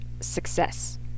success